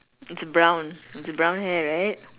it's brown it's brown hair right